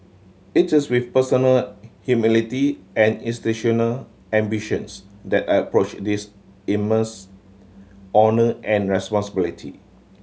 it is with personal humility and institutional ambitions that I approach this immense honour and responsibility